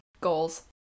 Goals